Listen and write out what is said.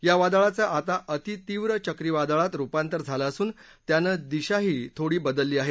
या वादळाचं आता अतितीव्र चक्रीवादळात रुपांतर झालं असून त्यानं दिशाही थोडी बदलली आहे